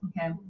Okay